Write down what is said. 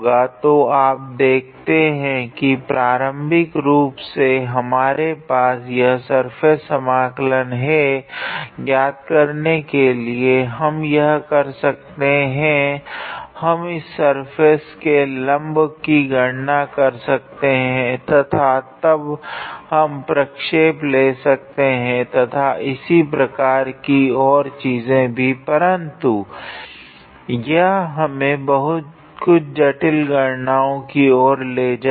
तो आप देखते है की प्रारम्भिक रूप से हमारे पास यह सर्फेस समाकलन है ज्ञात करने के लिए हम यह कर सकते है हम इस सर्फेस के लम्ब की गणना कर सकते है तथा तब हम प्रक्षेप ले सकते है तथा इसी प्रकार की और चीजे भी परन्तु यह हमें कुछ जटिल गणनाओं की और ले जायेगा